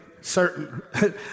certain